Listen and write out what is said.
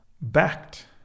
backed